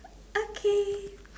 okay